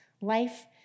Life